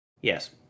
Yes